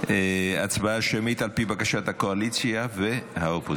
הצבעה שמית על פי בקשת הקואליציה והאופוזיציה.